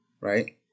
right